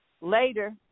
Later